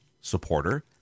supporter